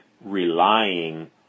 relying